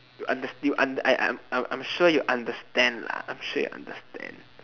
you unders~ you und~ I I I'm sure you understand lah I'm sure you understand